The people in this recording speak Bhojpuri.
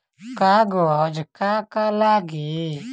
कागज का का लागी?